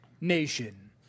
nation